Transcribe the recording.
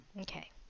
Okay